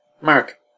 Mark